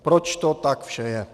Proč to tak vše je?